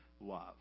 love